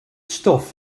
stuff